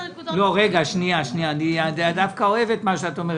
אני דווקא אוהב את מה שאת אומרת,